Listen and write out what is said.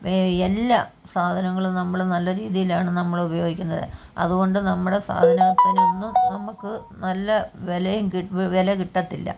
എല്ലാ സാധനങ്ങളും നമ്മൾ നല്ല രീതിയിലാണ് നമ്മൾ ഉപയോഗിക്കുന്നത് അതുകൊണ്ട് നമ്മുടെ സാധനത്തിനൊന്നും നമ്മൾക്ക് നല്ല വിലയും കി വില കിട്ടത്തില്ല